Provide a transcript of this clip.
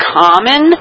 common